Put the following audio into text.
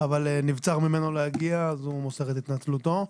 אבל נבצר ממנו להגיע, אז הוא מוסר את התנצלותו.